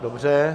Dobře.